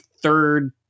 third